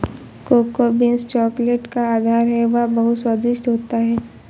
cocoa beans chocolate का आधार है वह बहुत स्वादिष्ट होता है